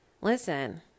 Listen